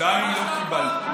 עדיין לא קיבלתי.